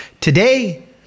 Today